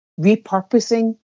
repurposing